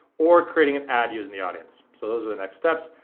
or creating an ad using the audience. so those are the next steps.